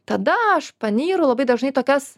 tada aš panyru labai dažnai tokias